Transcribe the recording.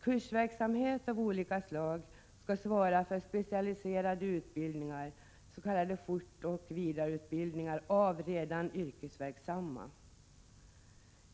Kursverksamhet av olika slag skall svara för specialiserade utbildningar, s.k. fortoch vidareutbildningar av redan yrkesverksamma.